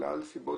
בגלל סיבות,